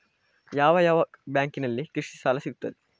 ಯಾವ ಯಾವ ಬ್ಯಾಂಕಿನಲ್ಲಿ ಕೃಷಿ ಸಾಲ ಸಿಗುತ್ತದೆ?